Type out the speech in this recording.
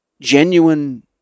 genuine